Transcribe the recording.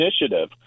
Initiative